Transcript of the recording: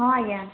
ହଁ ଆଜ୍ଞା